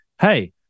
hey